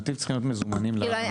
נתיב צריכים להיות מזומנים לדיון.